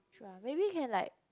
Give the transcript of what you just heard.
true ah maybe can like